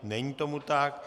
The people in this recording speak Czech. Není tomu tak.